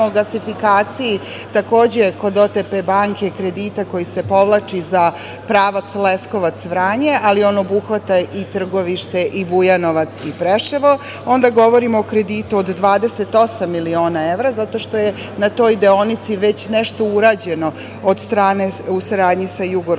o gasifikaciji, takođe kod OTP banke, kredita koji se povlači za pravac Leskovac-Vranje, ali on obuhvata i Trgovište i Bujanovac i Preševo, onda govorimo o kreditu od 28 miliona evra, zato što je na toj deonici već nešto urađeno u saradnji sa „Jugorosgasom“,